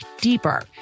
deeper